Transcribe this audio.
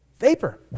Vapor